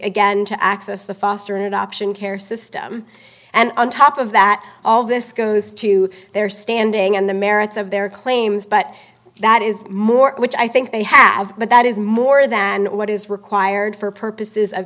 again to access the foster adoption care system and on top of that all this goes to their standing on the merits of their claims but that is more which i think they have but that is more than what is required for purposes of